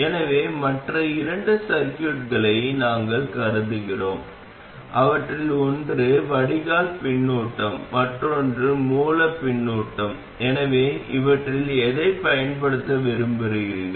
எனவே மற்ற இரண்டு சர்கியூட்களை நாங்கள் கருதுகிறோம் அவற்றில் ஒன்று வடிகால் பின்னூட்டம் மற்றொன்று மூல பின்னூட்டம் எனவே இவற்றில் எதைப் பயன்படுத்த விரும்புகிறீர்கள்